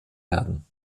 werden